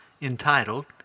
entitled